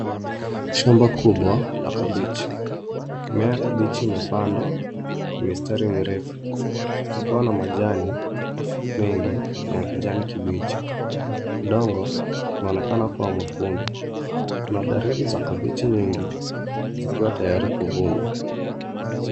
Shamba kubwa la kabichi. Mimea ya kabichi imepandwa kwenye mistari mrefu likiwa na majani mengi ya kijani kibichi. udongo unaonekana kuwa mwekundu. Kuna dalili za kabichi nyingi zikiwa tayari kuvunwa.